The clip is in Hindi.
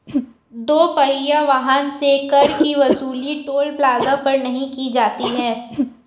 दो पहिया वाहन से कर की वसूली टोल प्लाजा पर नही की जाती है